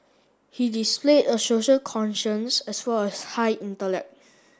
he displayed a social conscience as well as high intellect